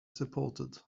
supported